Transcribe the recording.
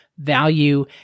value